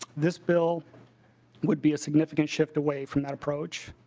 this bill would be a significant shift away from that approach